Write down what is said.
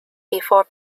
before